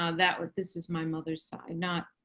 ah that was this is my mother's side, not,